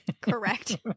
Correct